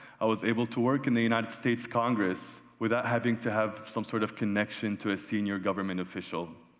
i was able to work in the united states congress without having to have some sort of connection to a senior government official.